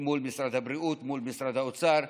מול משרד הבריאות, מול משרד האוצר.